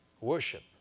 worship